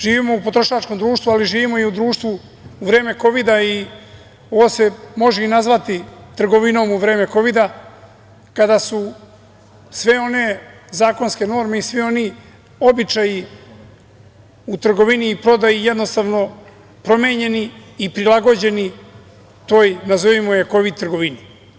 Živimo u potrošačkom društvu, ali živimo i u društvu u vreme Kovida i ovo se može i nazvati trgovinom u vreme Kovida kada su sve one zakonske norme i svi oni običaji u trgovini i prodaji jednostavno promenjeni i prilagođeni toj, nazovimo je, Kovid trgovini.